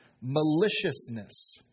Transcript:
maliciousness